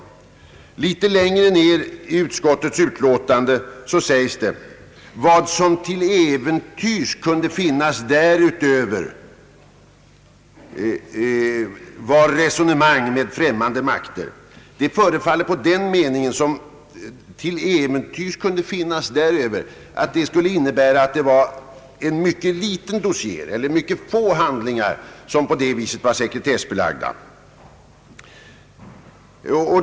Å andra sidan sägs litet längre ned i utskottets utlåtande, att vad som »till äventyrs» kunde finnas därutöver var resonemang med främmande makter. Av detta förefaller det vara en mycket liten dossier, eller få handlingar, som är sekretessbelagda.